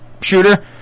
shooter